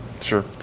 Sure